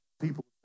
people